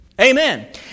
Amen